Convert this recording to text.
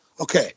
okay